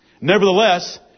Nevertheless